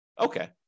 Okay